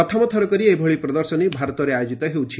ପ୍ରଥମ ଥରିକରି ଏଭଳି ପ୍ରଦଶର୍ନୀ ଭାରତରେ ଆୟୋଜିତ ହେଉଛି